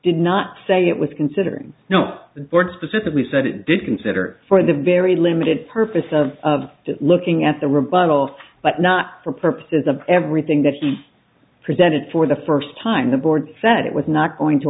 did not say it was considering no board specifically said it did consider for the very limited purpose of looking at the rebuttal of but not for purposes of everything that he presented for the first time the board said it was not going to